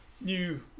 new